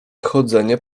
chodzenie